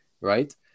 right